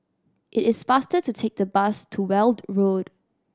it is faster to take the bus to Weld Road